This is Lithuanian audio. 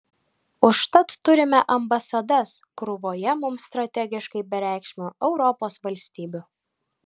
užtat turime ambasadas krūvoje mums strategiškai bereikšmių europos valstybių